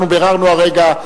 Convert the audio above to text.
אנחנו ביררנו הרגע,